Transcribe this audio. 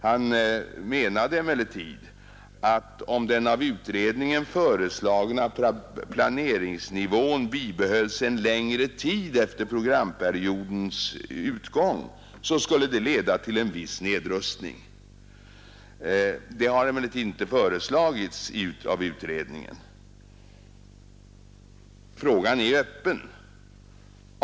Han menade emellertid att om den av utredningen föreslagna planeringsnivån bibehölls en längre tid efter programperiodens utgång skulle det leda till en viss nedrustning. Det har emellertid inte föreslagits av utredningen. Frågan är öppen.